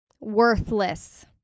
Worthless